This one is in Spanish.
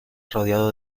rodeado